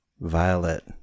Violet